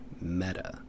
meta